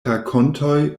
rakontoj